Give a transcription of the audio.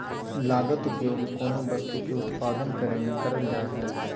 लागत उपयोग कोनो वस्तु के उत्पादन करे में करल जा हइ